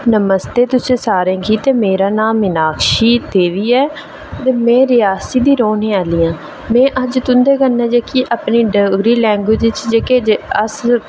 नमस्ते तुसें सारें गी ते मेरा नाम मिनाक्षी देवी ऐ ते में रियासी दी रौह्ने आह्ली आं ते में अज्ज तुं'दे कन्नै अज्ज जेह्की अपनी डोगरी लैंग्वेज़ जेह्की अस